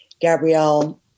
Gabrielle